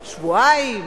שבועיים?